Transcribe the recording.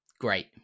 great